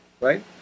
right